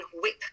whip